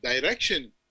direction